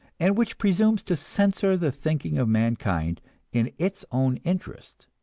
and which presumes to censor the thinking of mankind in its own interest.